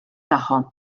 tagħhom